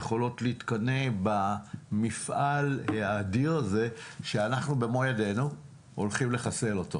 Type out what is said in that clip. והן יכולות להתקנא במפעל האדיר הזה שאנחנו הולכים לחסל אותו במו ידינו.